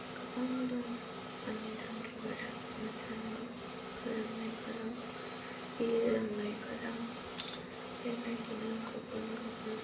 गोबां दं आंनि थांखिफोरा मोसानो फोरोंनायफोराव दं बेयो आं नुनायफोराव बेबायदिनो गुबुन गुबुन